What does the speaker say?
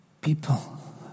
People